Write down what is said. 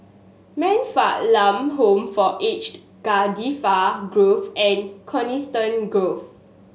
Man Fatt Lam Home for Aged Cardifi Grove and Coniston Grove